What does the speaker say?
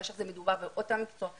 כאשר מדובר באותו מקצוע,